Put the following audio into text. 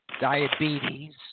diabetes